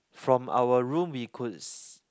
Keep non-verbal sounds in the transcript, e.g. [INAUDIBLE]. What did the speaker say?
from our room we could [NOISE]